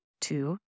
Two